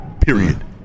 Period